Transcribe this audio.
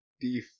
de